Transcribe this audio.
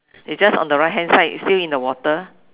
it's just on the right hand side still in the water